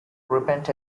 repent